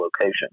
location